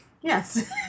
Yes